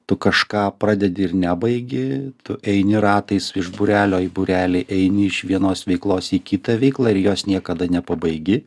tu kažką pradedi ir nebaigi tu eini ratais iš būrelio į būrelį eini iš vienos veiklos į kitą veiklą ir jos niekada nepabaigi